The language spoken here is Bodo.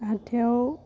हाथाइयाव